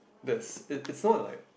that's it's it's sort of like